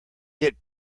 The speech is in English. get